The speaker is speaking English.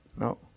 No